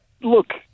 Look